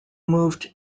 moved